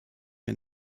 ein